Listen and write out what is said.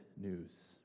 news